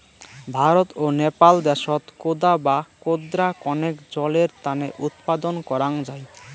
ভারত ও নেপাল দ্যাশত কোদা বা কোদরা কণেক জলের তানে উৎপাদন করাং যাই